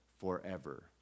forever